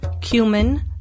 cumin